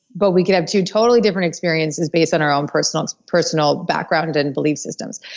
but we could have two totally different experiences based on our own personal personal background and and belief systems.